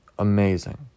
Amazing